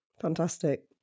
Fantastic